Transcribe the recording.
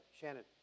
Shannon